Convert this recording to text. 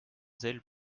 zèle